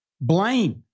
blame